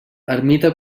ermita